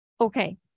Okay